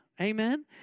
Amen